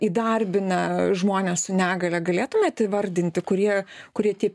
įdarbina žmones su negalia galėtumėt įvardinti kurie kurie tie